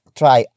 try